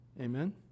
Amen